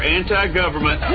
anti-government